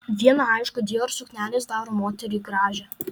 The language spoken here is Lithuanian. viena aišku dior suknelės daro moterį gražią